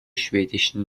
schwedischen